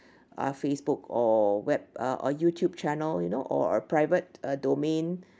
our facebook or web uh or youtube channel you know or a private uh domain